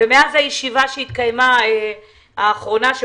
ומאז הישיבה האחרונה שהתקיימה,